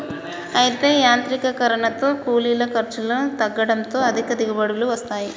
అయితే యాంత్రీకరనతో కూలీల ఖర్చులు తగ్గడంతో అధిక దిగుబడులు వస్తాయి